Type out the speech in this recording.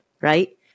Right